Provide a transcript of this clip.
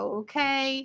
okay